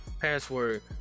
password